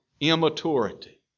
immaturity